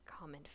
common